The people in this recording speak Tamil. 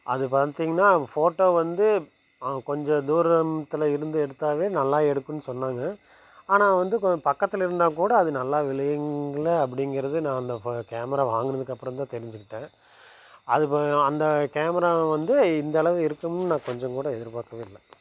அது பார்த்திங்கன்னா ஃபோட்டோ வந்து அவங்க கொஞ்சம் தூரம்த்தில் இருந்து எடுத்தால் நல்லா எடுக்கும்னு சொன்னாங்க ஆனால் வந்து கொ பக்கத்தில் இருந்து கூட அது நல்லா விழுகுல அப்படிங்கிறது நான் அந்த ஃபோ கேமரா வாங்கினதுக்கப்புறம் தான் தெரிஞ்சுக்கிட்டேன் அது அந்த கேமரா வந்து இந்தளவு இருக்கும்னு நான் கொஞ்சம் கூட எதிர்பார்க்கவே இல்லை